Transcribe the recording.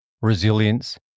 resilience